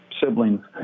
siblings